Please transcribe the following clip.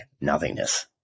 nothingness